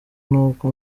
n’uko